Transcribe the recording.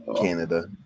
Canada